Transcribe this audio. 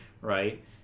right